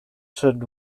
should